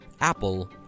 Apple